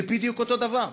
זה בדיוק אותו דבר,